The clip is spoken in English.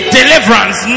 deliverance